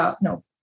no